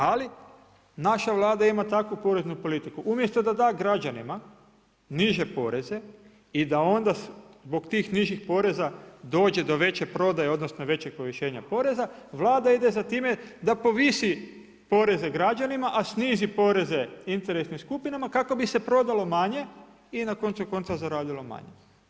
Ali naša Vlada ima takvu poreznu politiku umjesto da da građanima niže poreze i da onda zbog tih nižih poreza dođe do veće prodaje, odnosno većeg povišenja poreza Vlada ide za time da povisi poreze građanima a snizi poreze interesnim skupinama kako bi se prodalo manje i na koncu konca zaradilo manje.